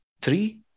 three